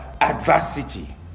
adversity